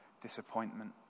disappointment